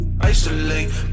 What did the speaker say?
isolate